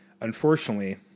Unfortunately